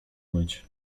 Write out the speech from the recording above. myć